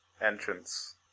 entrance